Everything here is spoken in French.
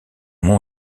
nom